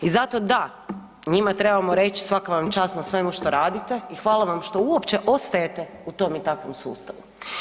I zato da, njima trebamo reći svaka vam čast na svemu što radite i hvala vam što uopće ostajete u tom i takvom sustavu.